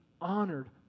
honored